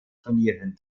turnieren